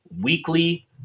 weekly